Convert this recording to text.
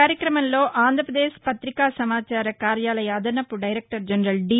కార్యక్రమంలో ఆంధ్రాపదేశ్ పత్రికా సమాచార కార్యాలయ అదనపు డైరెక్టర్ జనరల్ పి